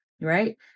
right